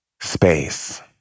space